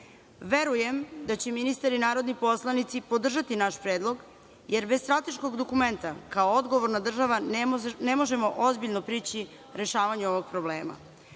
Verujem da će ministar i narodni poslanici podržati naš predlog jer bez strateškog dokumenta kao odgovorna država ne možemo ozbiljno prići rešavanju ovog